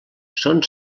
són